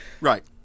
Right